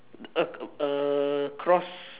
a a cross